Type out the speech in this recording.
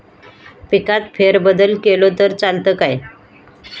पिकात फेरबदल केलो तर चालत काय?